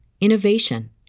innovation